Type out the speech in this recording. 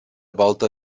volta